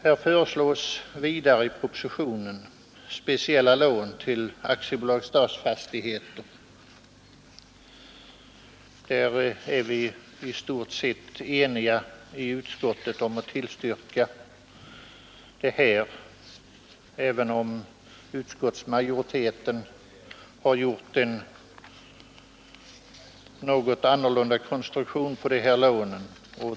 är inom utskottet i stort sett eniga om att tillstyrka detta förslag, även om utskottsmajoriteten föreslagit en något annorlunda konstruktion på lånen.